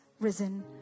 risen